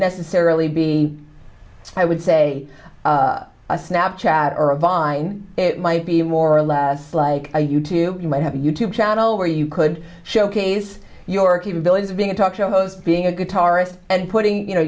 necessarily be i would say a snap chat or a vine it might be more or less like a u two you might have a you tube channel where you could showcase your capabilities of being a talk show host being a guitarist and putting you know